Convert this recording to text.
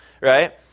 Right